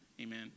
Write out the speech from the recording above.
amen